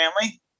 Family